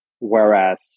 whereas